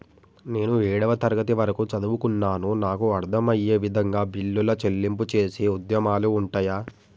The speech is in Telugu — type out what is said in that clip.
నేను ఏడవ తరగతి వరకు చదువుకున్నాను నాకు అర్దం అయ్యే విధంగా బిల్లుల చెల్లింపు చేసే మాధ్యమాలు ఉంటయా?